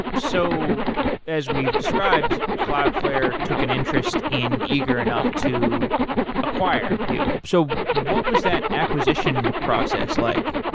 so as we've described, cloudflare took an interest in eager enough to acquire you. so what was that acquisition process like?